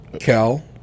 Cal